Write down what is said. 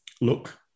look